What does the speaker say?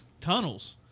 tunnels